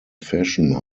fashion